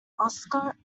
oscar